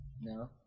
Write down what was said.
No